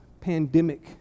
pandemic